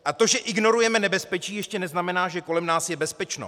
A to, že ignorujeme nebezpečí, ještě neznamená, že kolem nás je bezpečno.